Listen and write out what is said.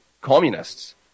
communists